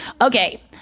Okay